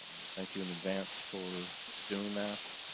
thank you in advance for doing that